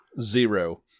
Zero